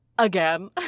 Again